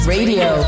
Radio